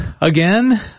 again